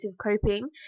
coping